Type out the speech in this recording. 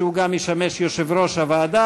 שגם ישמש יושב-ראש הוועדה,